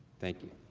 thank you.